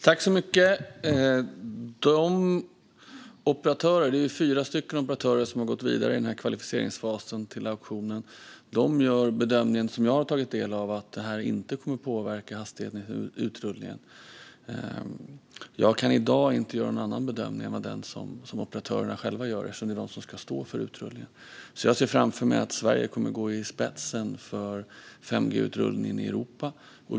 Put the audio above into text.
Fru talman! Det är fyra operatörer som har gått vidare i kvalificeringsfasen till auktionen. De gör bedömningen, som jag har tagit del av, att detta inte kommer att påverka hastigheten i utrullningen. Jag kan i dag inte göra någon annan bedömning än den som operatörerna själva gör eftersom det är de som ska stå för utrullningen. Jag ser framför mig att Sverige kommer att gå i spetsen för 5G-utrullningen i Europa.